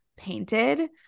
painted